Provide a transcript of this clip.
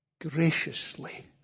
graciously